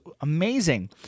amazing